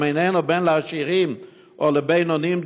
אם איננו בן לעשירים או לבינוניים,